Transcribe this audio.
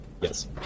Yes